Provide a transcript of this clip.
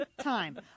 time